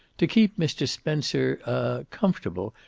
to keep mr. spencer er comfortable,